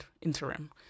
interim